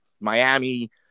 Miami